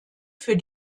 für